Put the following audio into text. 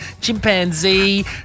chimpanzee